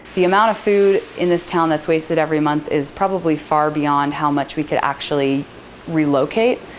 the amount of food in this town that's wasted every month is probably far beyond how much we could actually relocate.